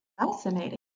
Fascinating